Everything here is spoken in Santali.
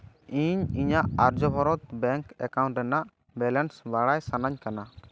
ᱤᱧ ᱤᱧᱟᱹᱜ ᱟᱨᱡᱚᱵᱷᱟᱨᱚᱛ ᱵᱮᱝᱠ ᱮᱠᱟᱣᱩᱱᱴ ᱨᱮᱱᱟᱜ ᱵᱞᱮᱱᱥ ᱵᱟᱲᱟᱭ ᱥᱟᱱᱟᱹᱧ ᱠᱟᱱᱟ